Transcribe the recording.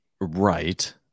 Right